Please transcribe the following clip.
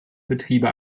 betriebe